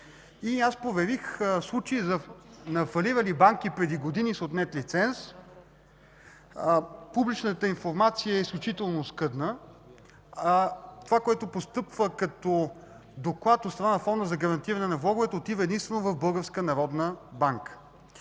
Аз проверих случаи на фалирали банки преди години с отнет лиценз – публичната информация е изключително оскъдна, а това, което постъпва като доклад от страна на Фонда за гарантиране на влоговете, отива единствено в